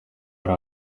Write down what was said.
hari